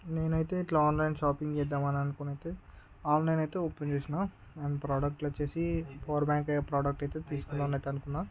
నేనైతే ఇట్లా online shopping చేద్దాం అని అనుకోనైతే ఆన్లైన్ అయితే ఓపెన్ చేసిన అండ్ ప్రోడక్ట్లు వచ్చేసి పవర్బ్యాంక్ ప్రోడక్ట్ అయితే తీసుకుందామనయైతే అనుకున్నా